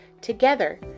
Together